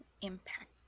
impact